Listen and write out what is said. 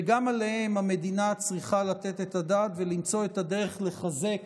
וגם עליהם המדינה צריכה לתת את הדעת ולמצוא את הדרך לחזק